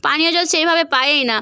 পানীয় জল সেইভাবে পায়ই না